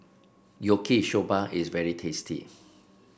Yaki Soba is very tasty